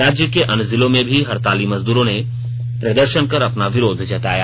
राज्य के अन्य जिलों में भी हड़ताली मजदूरों ने प्रदर्शन कर अपना विरोध जताया